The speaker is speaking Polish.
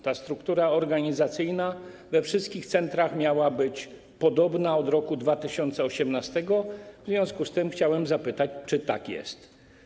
Ta struktura organizacyjna we wszystkich centrach miała być podobna od roku 2018, w związku z tym chciałem zapytać, czy tak jest.